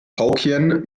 hokkien